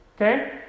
Okay